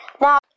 Now